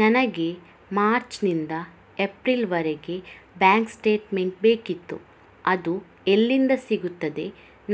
ನನಗೆ ಮಾರ್ಚ್ ನಿಂದ ಏಪ್ರಿಲ್ ವರೆಗೆ ಬ್ಯಾಂಕ್ ಸ್ಟೇಟ್ಮೆಂಟ್ ಬೇಕಿತ್ತು ಅದು ಎಲ್ಲಿಂದ ಸಿಗುತ್ತದೆ